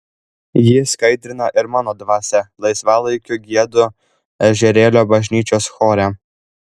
ji skaidrina ir mano dvasią laisvalaikiu giedu ežerėlio bažnyčios chore